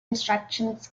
instructions